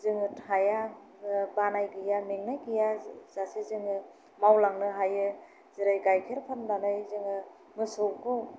जोङो थाया बानाय गैया मेंनाय गैयाजासे जोङो मावलांनो हायो जेरै गाइखेर फाननानै जोङो मोसौखौ